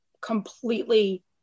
completely